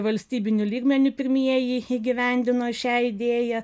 valstybiniu lygmeniu pirmieji įgyvendino šią idėją